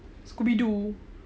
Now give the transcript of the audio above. scooby doo